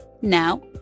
Now